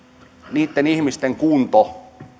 niitten ihmisten kunnon